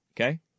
Okay